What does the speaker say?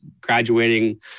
graduating